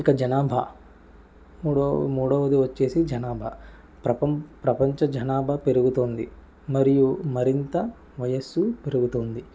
ఇక జనాభా మూడవ మూడవది వచ్చేసి జనాభా ప్రపం ప్రపంచ జనాభా పెరుగుతుంది మరియు మరింత వయస్సు పెరుగుతుంది